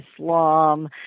Islam